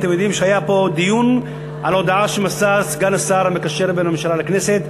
אתם יודעים שהיה פה דיון על הודעה שמסר סגן השר המקשר בין הממשלה לכנסת.